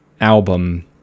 album